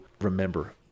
Remember